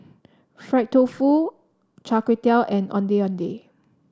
Fried Tofu Char Kway Teow and Ondeh Ondeh